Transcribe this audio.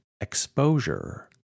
exposure